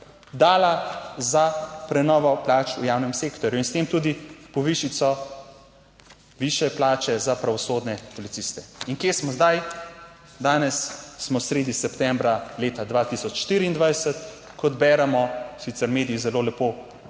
dala za prenovo plač v javnem sektorju in s tem tudi povišico, višje plače za pravosodne policiste. In kje smo zdaj? Danes smo sredi septembra leta 2024, kot beremo, sicer mediji zelo lepo